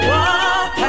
Walk